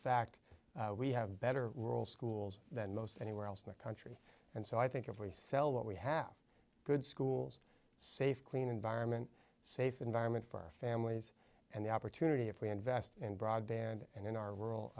fact we have better schools than most anywhere else in the country and so i think if we sell what we have good schools safe clean environment safe environment for our families and the opportunity if we invest in broadband and in our rural